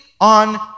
on